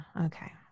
okay